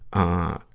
ah,